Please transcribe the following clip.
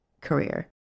career